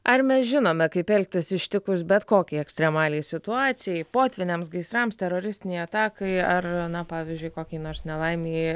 ar mes žinome kaip elgtis ištikus bet kokiai ekstremaliai situacijai potvyniams gaisrams teroristinei atakai ar na pavyzdžiui kokiai nors nelaimei